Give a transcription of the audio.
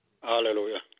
Hallelujah